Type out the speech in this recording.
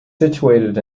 situated